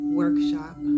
workshop